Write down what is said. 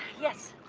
yes?